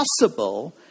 possible